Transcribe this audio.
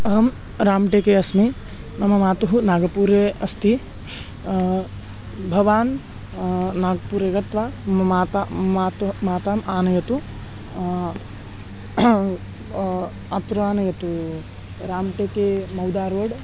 अहं राम् टेके अस्मि मम मातुः नागपूरे अस्ति भवान् नाग्पुरे गत्वा मम माता मातुः मातरम् आनयतु अत्र आनयतु राम् टेके मौदा रोड्